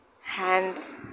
hands